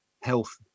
health